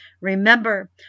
Remember